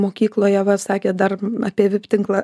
mokykloje va sakė dar apie vip tinklą